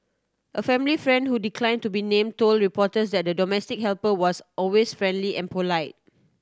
a family friend who declined to be named told reporters that the domestic helper was always friendly and polite